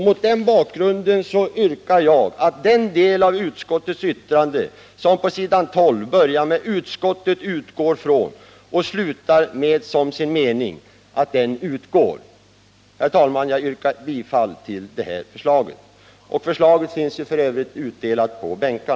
Mot den bakgrunden hemställer jag om bifall till det yrkande som har utdelats till kammarens ledamöter, nämligen att den del av utskottets yttrande som på s. 12 börjar med ”Utskottet utgår från” och slutar med ”som sin mening” utgår.